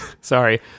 sorry